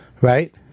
Right